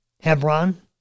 Hebron